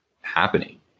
happening